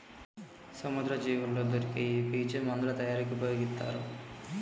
సముద్రపు జీవుల్లో దొరికే ఈ పీచు మందుల తయారీకి ఉపయొగితారు